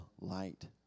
light